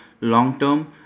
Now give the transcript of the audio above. long-term